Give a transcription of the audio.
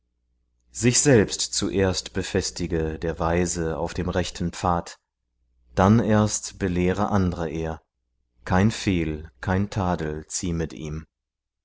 sich selbst zuerst befestige der weise auf dem rechten pfad dann erst belehre andre er kein fehl kein tadel ziemet ihm